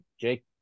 Jake